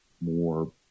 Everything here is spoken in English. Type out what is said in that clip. more